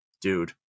Dude